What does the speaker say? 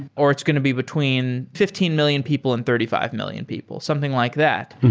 or it's going to be between fifteen million people and thirty five million people, something like that.